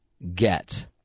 get